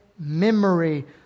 Memory